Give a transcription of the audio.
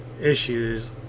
issues